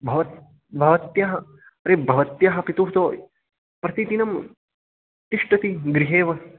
भव भवत्यः अरे भवत्यः पितुः तो प्रतिदिनं तिष्ठति गृहेव